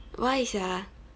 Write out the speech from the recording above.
why sia